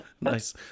Nice